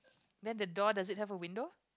then the door does it have a window